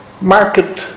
market